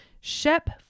Shep